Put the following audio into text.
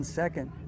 second